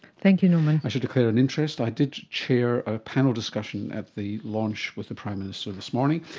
thank you norman. i should declare an interest, i did chair a panel discussion at the launch with the prime minister this morning.